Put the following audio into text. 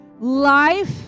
life